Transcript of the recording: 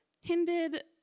hindered